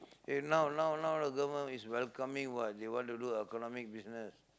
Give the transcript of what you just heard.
eh now now now the government is welcoming what they want to do economic business